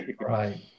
Right